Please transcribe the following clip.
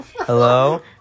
Hello